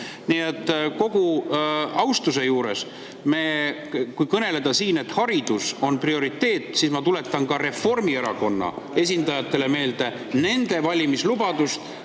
et kogu austuse juures, kui kõneleda siin, et haridus on prioriteet, siis ma tuletan Reformierakonna esindajatele meelde nende valimislubadust